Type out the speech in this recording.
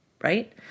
right